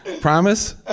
Promise